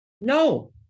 No